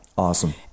awesome